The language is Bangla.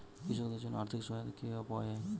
কৃষকদের জন্য আর্থিক সহায়তা কিভাবে পাওয়া য়ায়?